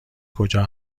کجا